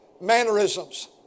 mannerisms